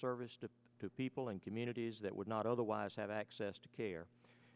service to people in communities that would not otherwise have access to care